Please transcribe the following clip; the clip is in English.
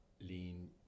lean